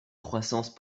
croissance